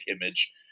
image